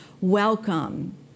welcome